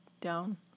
down